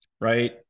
right